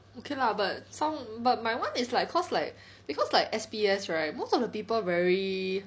okay lah but some but my one is like cause like cause like S_P_S right most of the people very